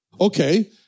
Okay